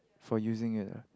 for using it ah